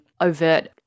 overt